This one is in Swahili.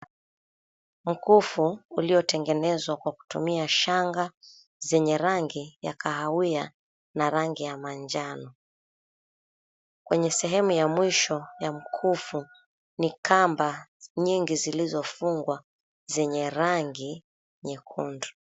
Mkufu uliotengenezwa kwa kutumia shanga zenye rangi ya kahawia na rangi ya manjano. Kwenye sehemu ya mwisho ya mkufu ni kamba nyingi zilizofungwa zenye rangi nyekundu.